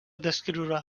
descriure